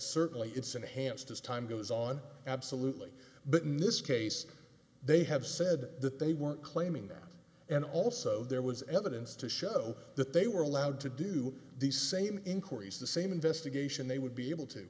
certainly it's enhanced as time goes on absolutely but in this case they have said that they were claiming that and also there was evidence to show that they were allowed to do the same inquiries the same investigation they would be able to